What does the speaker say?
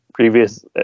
Previous